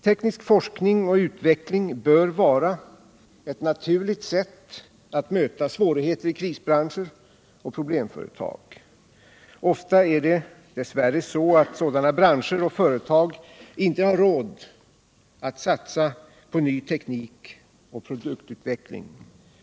Teknisk forskning och utveckling bör vara ett naturligt sätt att möta svårigheter i krisbranscher och problemföretag. Ofta har dess värre sådana branscher och företag inte råd att satsa på ny teknik och produktutveckling.